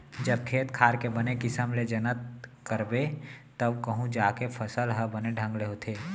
जब खेत खार के बने किसम ले जनत करबे तव कहूं जाके फसल हर बने ढंग ले होथे